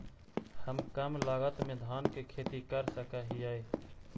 हम कम लागत में धान के खेती कर सकहिय?